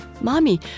Mommy